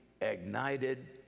ignited